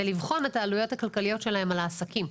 ולבחון את העלויות הכלכליות שלהם על העסקים.